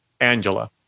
Angela